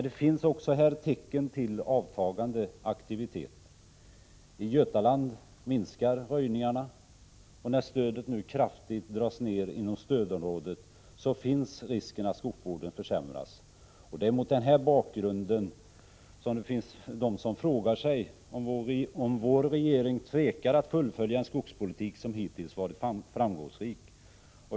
Det finns emellertid även här tecken på avtagande aktivitet. I Götaland minskar röjningarna, och när stödet nu kraftigt dras ner inom stödområdet finns det risk för att skogsvården försämras. Det är mot denna bakgrund som man frågar sig om vår regering tvekar att fullfölja den skogspolitik som hittills har varit framgångsrik.